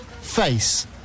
Face